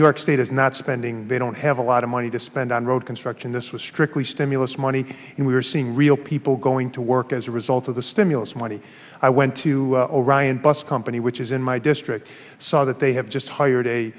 york state is not spending they don't have a lot of money to spend on road construction this was strictly stimulus money and we're seeing real people going to work as a result of the stimulus money i went to a ryan bus company which is in my district saw that they have just hired a